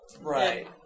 right